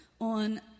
on